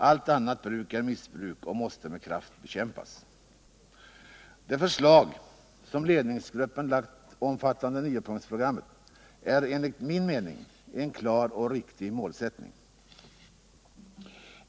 Allt annat bruk är missbruk och måste med kraft bekämpas.” Det förslag som ledningsgruppen lagt fram i niopunktsprogrammet är enligt min mening en klar och riktig målsättning.